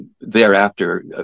thereafter